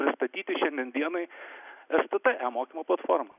nustatyti šiandien dienai stt e mokymo platformą